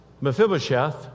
Mephibosheth